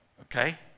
okay